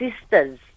sisters